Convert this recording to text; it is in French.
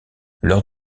lors